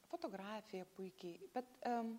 fotografija puikiai bet am